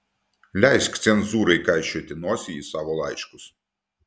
leisk cenzūrai kaišioti nosį į savo laiškus